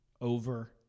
over